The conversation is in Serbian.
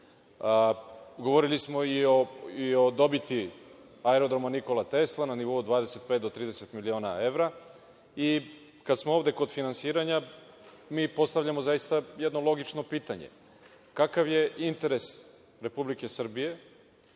smo i o dobiti Aerodroma „Nikola Tesla“ na nivou od 25 do 30 miliona evra i kada smo ovde kod finansiranja, mi postavljamo jedno logično pitanje, kakav je interes Republike Srbije